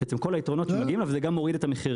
את כל היתרונות שמגיעים לה וזה גם מוריד את המחירים.